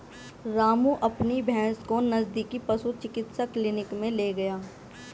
रामू अपनी भैंस को नजदीकी पशु चिकित्सा क्लिनिक मे ले गया